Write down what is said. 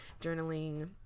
journaling